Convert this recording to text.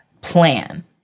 plan